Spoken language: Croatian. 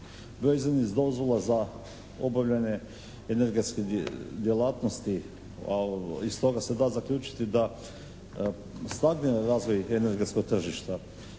razumije./… dozvola za obavljanje energetske djelatnosti, a iz toga se da zaključiti da stabilni razvoj energetskog tržišta